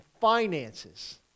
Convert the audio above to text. finances